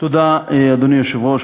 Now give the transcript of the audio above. אדוני היושב-ראש,